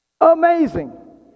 amazing